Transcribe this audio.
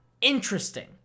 interesting